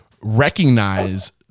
recognize